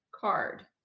card